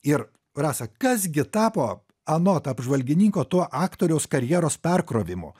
ir rasa kas gi tapo anot apžvalgininko to aktoriaus karjeros perkrovimu